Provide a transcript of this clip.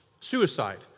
suicide